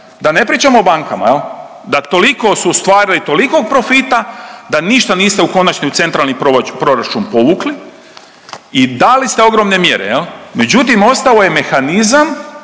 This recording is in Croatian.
Da ne pričamo o bankama. Da toliko su ostvarili tolikog profita da ništa niste u konačnici u centralni proračun povukli i dali ste ogromne mjere. Međutim ostalo je mehanizam,